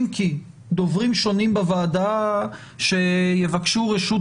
אם כי דוברים שונים בוועדה שיבקשו רשות